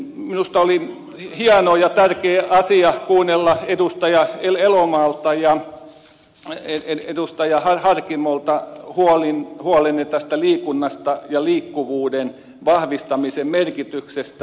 minusta oli hieno ja tärkeä asia kuunnella edustaja elomaalta ja edustaja harkimolta huolenne tästä liikunnasta ja liikkuvuuden vahvistamisen merkityksestä